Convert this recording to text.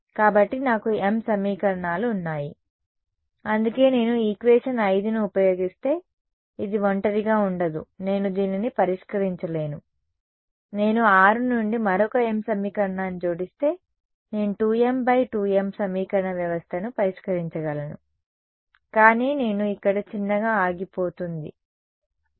కాబట్టి నాకు m సమీకరణాలు ఉన్నాయి అందుకే నేను ఈక్వేషన్ 5ని ఉపయోగిస్తే ఇది ఒంటరిగా ఉండదు నేను దీనిని పరిష్కరించలేను నేను 6 నుండి మరొక m సమీకరణాన్ని జోడిస్తే నేను 2m × 2m సమీకరణ వ్యవస్థను పరిష్కరించగలను కానీ నేను ఇక్కడ చిన్నగా ఆగిపోతుంది సరే